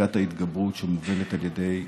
פסקת ההתגברות שמובלת על ידי הקואליציה.